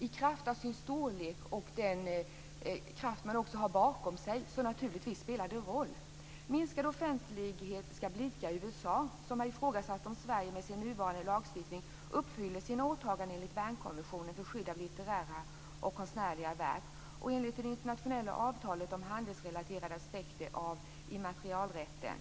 I kraft av sin storlek och den kraft man har bakom sig spelar det naturligtvis en roll. Minskad offentlighet ska blidka USA, som har ifrågasatt om Sverige med sin nuvarande lagstiftning uppfyller sina åtaganden enligt Bernkonventionen för skydd av litterära och konstnärliga verk och enligt det internationella avtalet om handelsrelaterade aspekter av immaterialrätten.